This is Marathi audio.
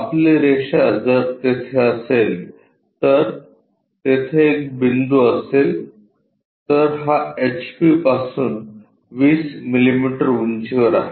आपली रेषा जर तेथे असेल जर तेथे एक बिंदू असेल तर हा एचपी पासून 20 मिलिमीटर उंचीवर आहे